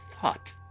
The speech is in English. thought